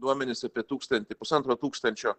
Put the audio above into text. duomenis apie tūkstantį pusantro tūkstančio